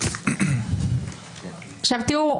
עכשיו תראו,